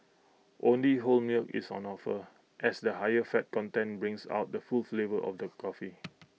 only whole milk is on offer as the higher fat content brings out the full flavour of the coffee